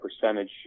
percentage